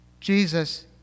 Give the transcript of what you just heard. Jesus